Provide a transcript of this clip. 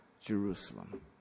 Jerusalem